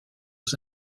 aux